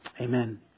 Amen